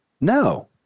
No